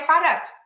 product